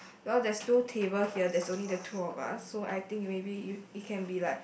well there's two table here there's only the two of us so I think maybe you it can be like